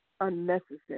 unnecessary